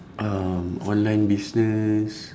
um online business